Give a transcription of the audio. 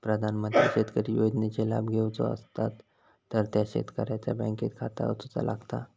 प्रधानमंत्री शेतकरी योजनेचे लाभ घेवचो असतात तर त्या शेतकऱ्याचा बँकेत खाता असूचा लागता